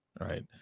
right